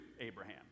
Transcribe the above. Abraham